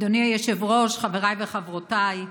אדוני היושב-ראש, חבריי וחברותיי,